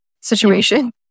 situation